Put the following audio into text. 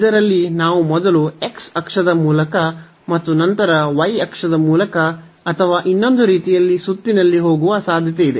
ಇದರಲ್ಲಿ ನಾವು ಮೊದಲು x ಅಕ್ಷದ ಮೂಲಕ ಮತ್ತು ನಂತರ y ಅಕ್ಷದ ಮೂಲಕ ಅಥವಾ ಇನ್ನೊಂದು ರೀತಿಯಲ್ಲಿ ಸುತ್ತಿನಲ್ಲಿ ಹೋಗುವ ಸಾಧ್ಯತೆಯಿದೆ